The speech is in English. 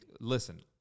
listen